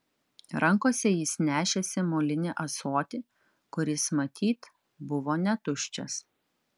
rankose jis nešėsi molinį ąsotį kuris matyt buvo netuščias